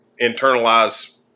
internalize